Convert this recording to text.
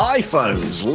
iPhones